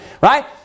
right